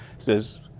says,